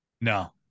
No